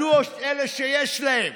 מדוע אלה שיש להם